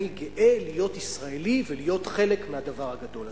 אני גאה להיות ישראלי ולהיות חלק מהדבר הגדול הזה.